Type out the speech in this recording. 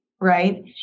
right